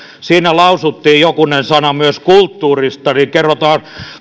siinä lausuttiin jokunen sana myös kulttuurista niin kerrotaan